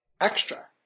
extra